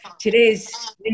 today's